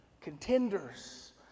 contenders